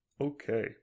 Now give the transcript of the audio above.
Okay